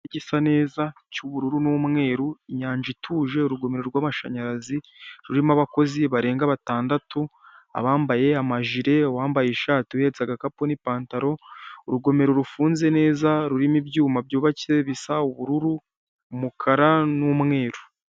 Igiti gisa neza cy'ubururu n'umweru, inyanza ituje, urugomero rw'amashinyarazi, rurimo abakozi barenga batandatu, abambaye amajire, uwambaye ishati uhetse agakapu n'ipantaro, urugomero rufunze neza rurimo ibyuma byubatse bisa ubururu, umukara n'umweru.